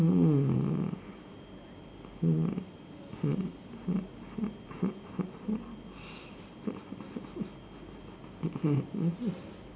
hmm mm mm mm mm